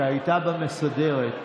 שהייתה במסדרת,